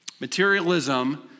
Materialism